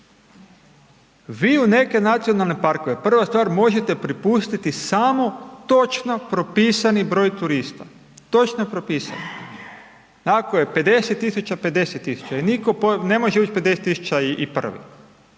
Vi u neke nacionalne parkove, prva stvar možete propustiti samo točno propisani broj turista, točno propisani. Ako je 50 000, 50 000 i nitko ne može bit 50 001.